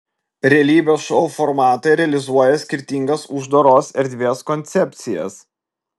realybės šou formatai realizuoja skirtingas uždaros erdvės koncepcijas